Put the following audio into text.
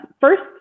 first